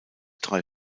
drei